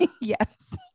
Yes